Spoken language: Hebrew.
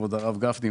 כבוד הרב גפני,